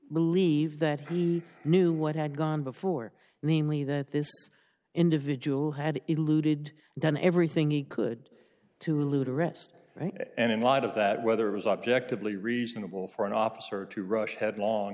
believe that he knew what had gone before namely that this individual had eluded done everything he could to elude arrest and in light of that whether it was objectively reasonable for an officer to rush headlong